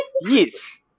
Yes